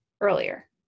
earlier